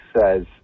says